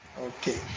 Okay